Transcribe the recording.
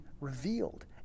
revealed